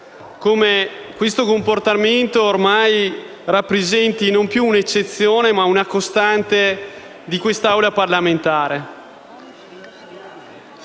come questo comportamento rappresenti ormai non più un'eccezione, ma una costante di quest'Assemblea parlamentare.